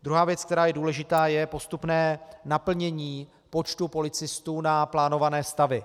Druhá věc, která je důležitá, je postupné naplnění počtu policistů na plánované stavy.